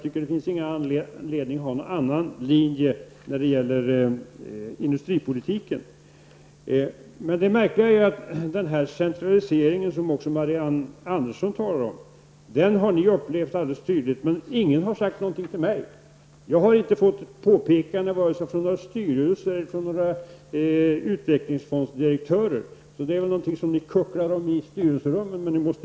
Det finns ingen anledning att ha någon annan linje för industripolitiken. Marianne Andersson talar också om centraliseringen. Det är märkligt att ni har upplevt den tydligt, men att ingen har sagt något till mig. Jag har inte fått något påpekande vare sig från någon styrelse eller någon utvecklingsfondsdirektör. Det är väl något som ni kucklar om i styrelserummen.